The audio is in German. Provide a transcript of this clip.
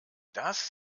das